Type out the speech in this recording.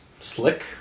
slick